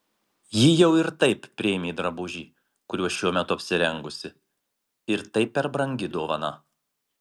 ji jau ir taip priėmė drabužį kuriuo šiuo metu apsirengusi ir tai per brangi dovana